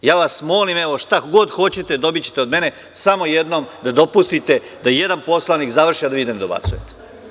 Ja vas molim, evo šta god hoćete dobićete od mene samo jednom da dopustite da jedan poslanik završi a da vi ne dobacujete.